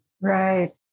right